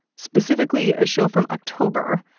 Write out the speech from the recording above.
specifically a show from october,